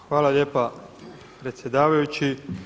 Hvala lijepa predsjedavajući.